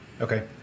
Okay